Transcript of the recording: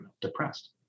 depressed